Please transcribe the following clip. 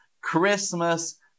Christmas